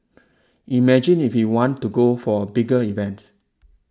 imagine if we want to go for a bigger event